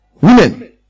women